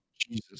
Jesus